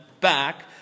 back